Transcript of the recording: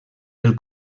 del